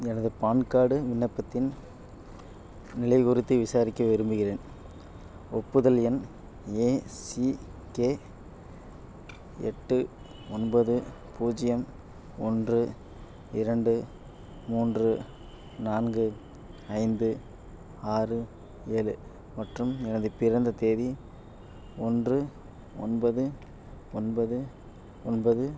எனது PAN card விண்ணப்பத்தின் நிலை குறித்து விசாரிக்க விரும்புகிறேன் ஒப்புதல் எண் ஏசிகே எட்டு ஒன்பது பூஜ்ஜியம் ஒன்று இரண்டு மூன்று நான்கு ஐந்து ஆறு ஏழு மற்றும் எனது பிறந்த தேதி ஒன்று ஒன்பது ஒன்பது ஒன்பது